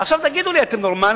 עכשיו תגידו לי, אתם נורמלים?